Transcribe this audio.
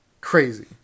crazy